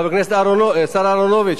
השר אהרונוביץ,